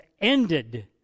ended